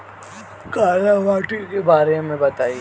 काला माटी के बारे में बताई?